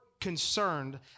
concerned